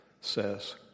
says